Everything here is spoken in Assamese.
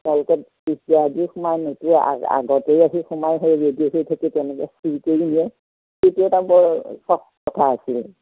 তেওঁলোকে তেতিয়া আজিও সোমাই নতু আগতেই আহি সোমাই সেই ৰেডি হৈ থাকে তেনেকৈ চুৰি কৰি সেইটো এটা বৰ চখ কথা আছিল